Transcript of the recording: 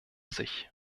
sich